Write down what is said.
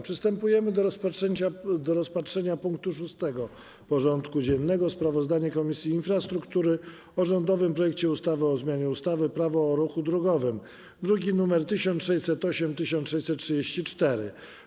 Przystępujemy do rozpatrzenia punktu 6. porządku dziennego: Sprawozdanie Komisji Infrastruktury o rządowym projekcie ustawy o zmianie ustawy - Prawo o ruchu drogowym (druki nr 1608 i 1634)